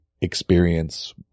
experience